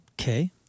okay